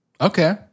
Okay